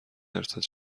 درصد